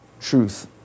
truth